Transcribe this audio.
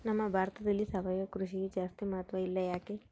ನಮ್ಮ ಭಾರತದಲ್ಲಿ ಸಾವಯವ ಕೃಷಿಗೆ ಜಾಸ್ತಿ ಮಹತ್ವ ಇಲ್ಲ ಯಾಕೆ?